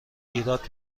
ایراد